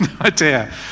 idea